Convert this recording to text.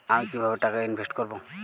আমি কিভাবে টাকা ইনভেস্ট করব?